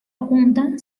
junta